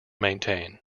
maintain